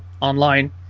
online